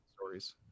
stories